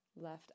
left